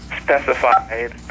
specified